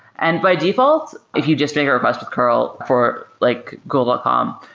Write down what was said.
and by default, if you just make a request with curl for like google dot com,